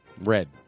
Red